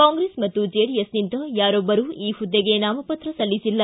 ಕಾಂಗ್ರೆಸ್ ಮತ್ತು ಜೆಡಿಎಸ್ನಿಂದ ಯಾರೊಬ್ಬರು ಈ ಹುದ್ದೆಗೆ ನಾಮಪತ್ರ ಸಲ್ಲಿಸಿಲ್ಲ